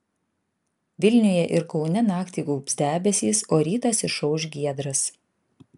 vilniuje ir kaune naktį gaubs debesys o rytas išauš giedras